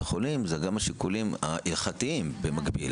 החולים זה גם השיקולים ההלכתיים במקביל,